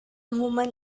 woman